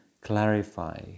clarify